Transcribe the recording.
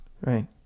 right